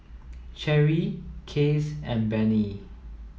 Cherie Case and Benny